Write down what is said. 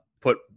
put